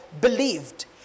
believed